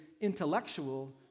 intellectual